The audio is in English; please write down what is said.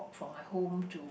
from my home to